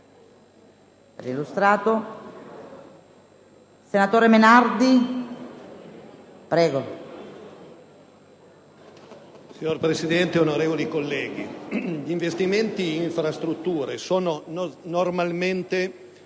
Signora Presidente, onorevoli colleghi, gli investimenti in infrastrutture sono normalmente